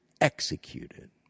executed